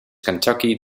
kentucky